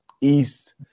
East